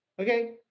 Okay